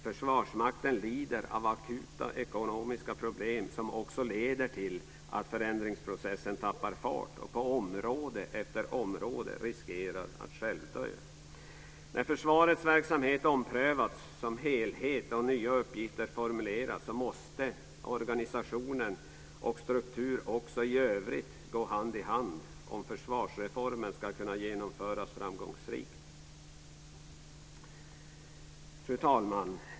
Försvarsmakten lider av akuta ekonomiska problem som också leder till att förändringsprocessen tappar fart. Den riskerar att självdö på område efter område. När försvarets verksamhet som helhet omprövats och nya uppgifter formuleras måste organisation och struktur i övrigt också gå hand i hand om försvarsreformen ska kunna genomföras framgångsrikt. Fru talman!